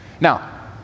now